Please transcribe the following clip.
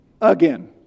Again